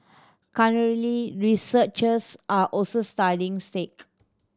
currently researchers are also studying sake